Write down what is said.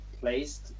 placed